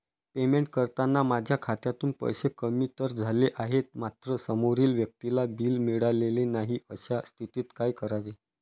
Payment करताना माझ्या खात्यातून पैसे कमी तर झाले आहेत मात्र समोरील व्यक्तीला बिल मिळालेले नाही, अशा स्थितीत काय करावे?